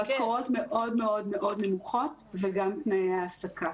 המשכורות מאוד מאוד נמוכות וגם תנאי ההעסקה.